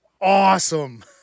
awesome